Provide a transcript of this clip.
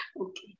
Okay